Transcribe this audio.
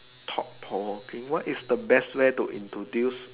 thought provoking what is the best way to introduce